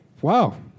Wow